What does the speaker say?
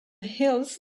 hills